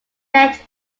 met